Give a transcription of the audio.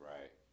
Right